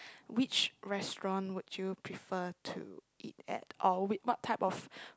which restaurant would you prefer to eat at or which what type of